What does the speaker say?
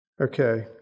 Okay